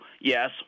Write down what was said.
yes